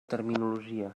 terminologia